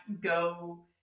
go